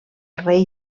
rei